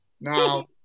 Now